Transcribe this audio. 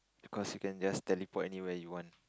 cause you can just teleport anywhere you want